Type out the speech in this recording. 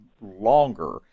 longer